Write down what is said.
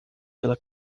pela